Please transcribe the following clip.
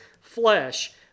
flesh